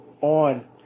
on